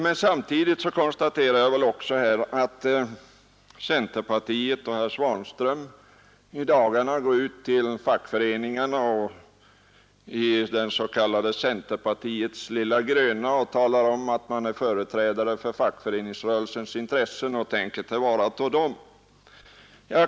Men jag konstaterar samtidigt att centerpartiet och herr Svanström i dagarna går ut till fackföreningarna med centerpartiets ”lilla gröna” och talar om att man är 83 företrädare för fackföreningsrörelsens intressen och tänker tillvarata dem.